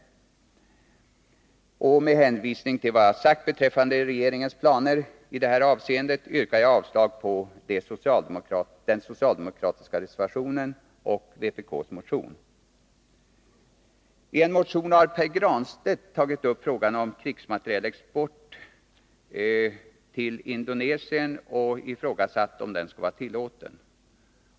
Med hänvisning till vad jag har sagt beträffande regeringens planer yrkar jag avslag på den socialdemokratiska reservationen och på vpk:s motion. I en motion har Pär Granstedt ifrågasatt om krigsmaterielexport skall vara tillåten till Indonesien.